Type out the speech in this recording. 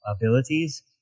abilities